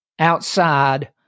outside